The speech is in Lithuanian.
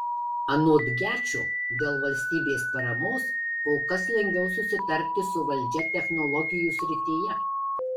anot gečo dėl valstybės paramos kol kas lengviau susitarti su valdžia technologijų srityje